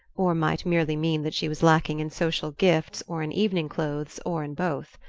or might merely mean that she was lacking in social gifts or in evening clothes, or in both.